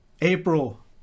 April